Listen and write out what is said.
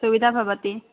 सुविधा भवति